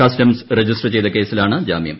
customs register ചെയ്ത കേസിലാണ് ജാമ്യം